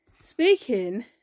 speaking